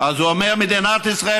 אומר: מדינת ישראל,